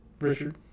Richard